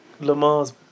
Lamar's